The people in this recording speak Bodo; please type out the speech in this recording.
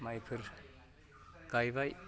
माइफोर गायबाय